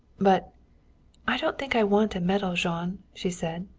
but i don't think i want a medal, jean, she said.